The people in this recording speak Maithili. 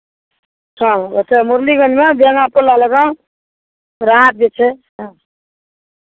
हँ ओतय मुरलीगंजमे राहत जे छै हँ